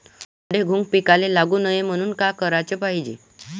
सोंडे, घुंग पिकाले लागू नये म्हनून का कराच पायजे?